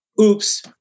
Oops